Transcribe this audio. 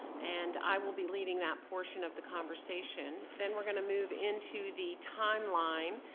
and i will be leading that portion of the conversation. then we're gonna move into the timeline,